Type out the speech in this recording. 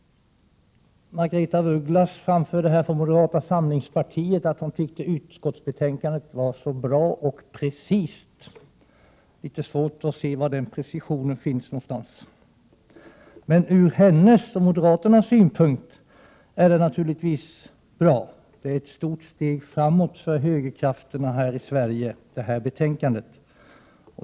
Margaretha af Ugglas framförde från moderata samlingspartiet att hon tyckte att utskottsbetänkandet var så bra och precist. Det är litet svårt att se var den precisionen finns någonstans. Men ur hennes och moderaternas synpunkt är det naturligtvis bra. Detta betänkande är ett stort steg framåt för högerkrafterna i Sverige.